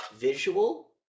visual